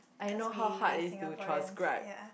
cause we we Singaporeans ya